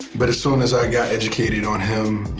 but as soon as i got educated on him,